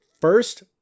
first